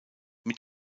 mit